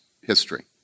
history